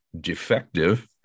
defective